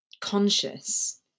conscious